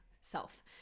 self